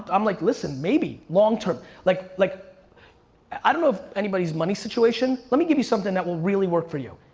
i'm like listen, maybe, long term. like like i i don't know anybody's money situation. let me give you something that will really work for you.